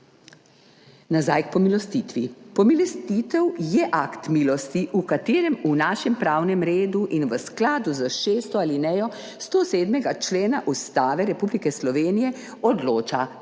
Nazaj k pomilostitvi. Pomilostitev je akt milosti, v katerem v našem pravnem redu in v skladu s šesto alinejo 107. člena Ustave Republike Slovenije odloča